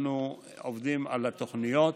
אנחנו עובדים על התוכניות.